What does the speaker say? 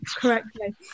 correctly